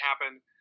happen